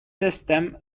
system